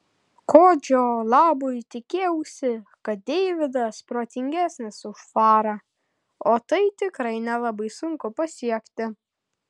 kodžio labui tikėjausi kad deividas protingesnis už farą o tai tikrai nelabai sunku pasiekti